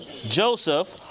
Joseph